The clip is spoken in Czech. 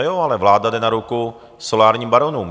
Nojo, ale vláda jde na ruku solárním baronům.